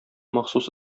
махсус